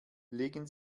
legen